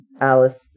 Alice